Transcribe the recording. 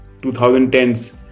2010s